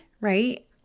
right